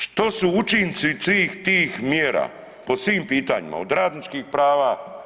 Što su učinci svih tih mjera po svim pitanjima od radničkih prava?